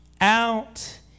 out